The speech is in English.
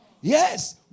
Yes